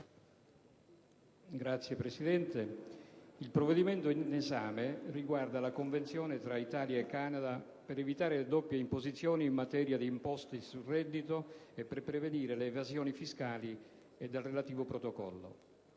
Il provvedimento in esame ha come oggetto la Convenzione tra Italia e Canada per evitare le doppie imposizioni in materia di imposte sul reddito e per prevenire le evasioni fiscali ed il relativo Protocollo.